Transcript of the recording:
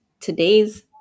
today's